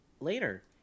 later